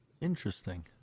interesting